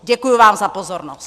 Děkuji vám za pozornost.